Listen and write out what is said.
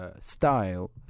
style